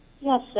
Yes